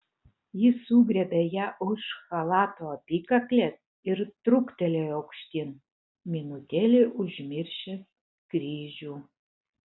jis sugriebė ją už chalato apykaklės ir truktelėjo aukštyn minutėlei užmiršęs kryžių